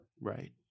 Right